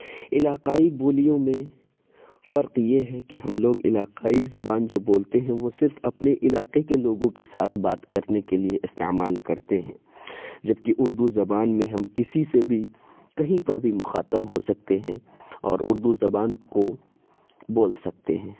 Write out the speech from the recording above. علاقائی بولیوں میں فرق یہ ہے کہ ہم لوگ علاقائی زبان جو بولتے ہیں وہ صرف اپنے علاقے کے لوگوں کے ساتھ بات کرنے کے لیے استعمال کرتے ہیں جبکہ اردو زبان میں ہم کسی سے بھی کہیں پر بھی مخاطب ہو سکتے ہیں اور اردو زبان کو بول سکتے ہیں